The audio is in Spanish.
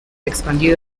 expandió